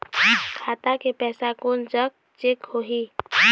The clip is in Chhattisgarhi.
खाता के पैसा कोन जग चेक होही?